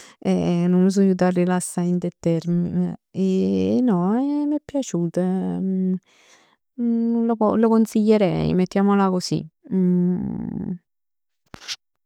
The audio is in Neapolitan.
E nun m' so jut 'a rilassà dint 'e terme. E no m'è piaciut. Lo co- consiglierei, mettiamola così.